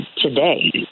today